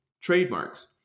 trademarks